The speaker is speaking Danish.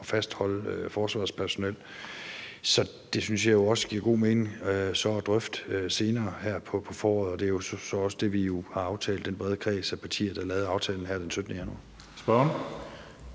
at fastholde forsvarets personel. Så det synes jeg jo også giver god mening at drøfte senere her på foråret, og det er jo så også det, vi i den brede kreds af partier, der lavede aftalen her den 17. januar,